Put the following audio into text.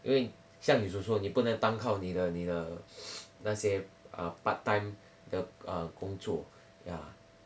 因为像你所说你不能单靠你的你的那些 err part time 的 err 工作 ya